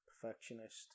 perfectionist